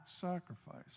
sacrifice